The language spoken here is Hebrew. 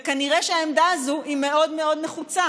וכנראה שהעמדה הזו היא מאוד מאוד נחוצה,